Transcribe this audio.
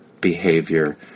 behavior